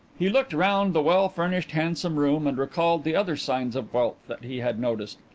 he looked round the well-furnished, handsome room and recalled the other signs of wealth that he had noticed.